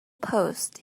post